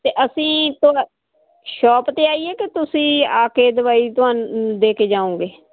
ਤੇ ਅਸੀਂ ਸ਼ੋਪ ਤੇ ਆਈਏ ਕਿ ਤੁਸੀਂ ਆ ਕੇ ਦਵਾਈ ਤੁਹਾਨੂੰ ਦੇ ਕੇ ਜਾਓਗੇ